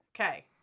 Okay